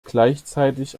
gleichzeitig